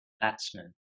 batsman